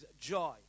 joy